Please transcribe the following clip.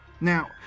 Now